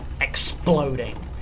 exploding